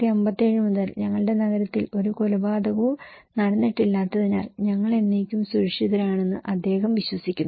അതിനാൽ 1957 മുതൽ ഞങ്ങളുടെ നഗരത്തിൽ ഒരു കൊലപാതകവും നടന്നിട്ടില്ലാത്തതിനാൽ ഞങ്ങൾ എന്നേക്കും സുരക്ഷിതരാണെന്ന് അദ്ദേഹം വിശ്വസിക്കുന്നു